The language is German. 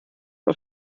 auf